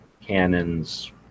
Cannons